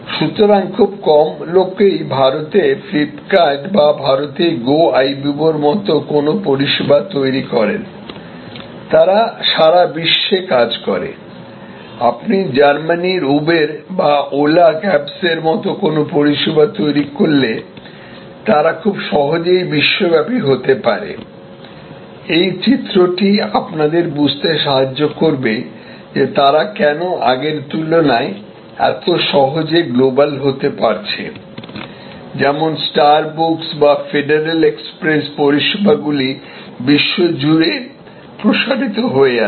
সুতরাং খুব কম লোকেই ভারতে ফ্লিপকার্ট বা ভারতে গোআইবিবো এর মতো কোনও পরিষেবা তৈরি করেন তারা সারাবিশ্বে কাজ করে আপনি জার্মানির উবার বা ওলা ক্যাবসের মতো কোনও পরিষেবা তৈরি করলে তারা খুব সহজেই বিশ্বব্যাপী হতে পারে এই চিত্রটি আপনাদের বুঝতে সাহায্য করবে যে তারা কেন আগের তুলনায় এত সহজে গ্লোবাল হতে পারছে যেমন স্টার বুকস বা ফেডারেল এক্সপ্রেস পরিষেবাগুলি বিশ্ব জুড়ে প্রসারিত হয়ে আছে